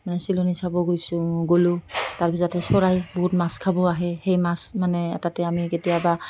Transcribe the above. মানে চিলনী চাব গৈছোঁ গ'লোঁ তাৰ পিছতে চৰাই বহুত মাছ খাব আহে সেই মাছ মানে তাতে আমি কেতিয়াবা